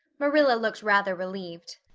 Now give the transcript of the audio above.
marilla looked rather relieved.